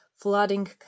flooding